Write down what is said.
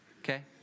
Okay